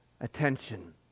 attention